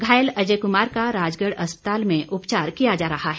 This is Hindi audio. घायल अजय कुमार का राजगढ़ अस्पताल में उपचार किया जा रहा है